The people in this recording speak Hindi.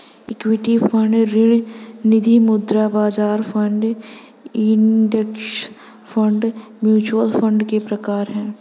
इक्विटी फंड ऋण निधिमुद्रा बाजार fund index fund mutual fund के प्रकार हैं